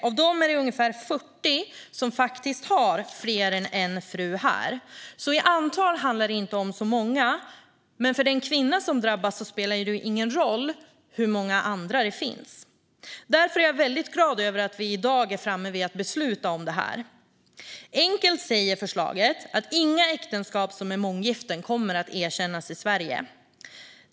Av dem är det ungefär 40 som faktiskt har fler än en fru här. I antal handlar det alltså inte om så många, men för den kvinna som drabbas spelar det ju ingen roll hur många andra det finns. Därför är jag väldigt glad över att vi i dag är framme vid att besluta om detta. Enkelt uttryckt säger förslaget att inga äktenskap som är månggiften kommer att erkännas i Sverige.